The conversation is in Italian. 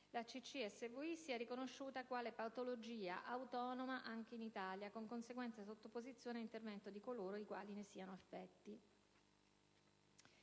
la CCSVI sia riconosciuta quale patologia-autonoma anche in Italia, con conseguente sottoposizione ad intervento di coloro i quali ne siano affetti.